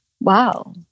wow